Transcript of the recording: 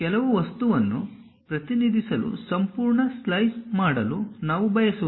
ಕೆಲವು ವಸ್ತುವನ್ನು ಪ್ರತಿನಿಧಿಸಲು ಸಂಪೂರ್ಣ ಸ್ಲೈಸ್ ಮಾಡಲು ನಾವು ಬಯಸುವುದಿಲ್ಲ